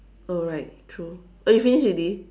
oh right true oh you finish already